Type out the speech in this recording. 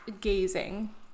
gazing